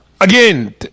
Again